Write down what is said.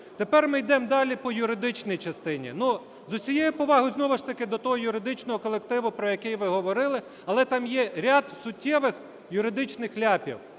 Тепер ми йдемо далі по юридичній частині. З усією повагою знову ж таки до того юридичного колективу, про який ви говорили, але там є ряд суттєвих юридичних ляпів.